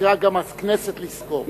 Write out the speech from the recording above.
צריכה גם הכנסת לזכור.